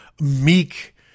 meek